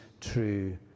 true